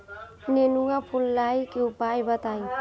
नेनुआ फुलईले के उपाय बताईं?